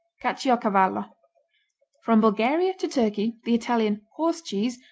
caciocavallo from bulgaria to turkey the italian horse cheese,